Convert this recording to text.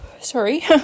sorry